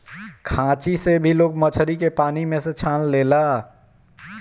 खांची से भी लोग मछरी के पानी में से छान लेला